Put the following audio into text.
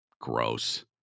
Gross